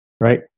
right